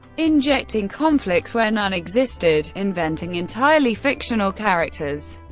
injecting conflict where none existed, inventing entirely fictional characters,